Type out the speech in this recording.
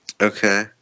Okay